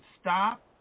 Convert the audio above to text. stop